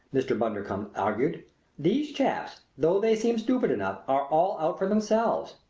mr. bundercombe argued these chaps, though they seem stupid enough, are all out for themselves.